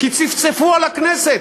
כי צפצפו על הכנסת,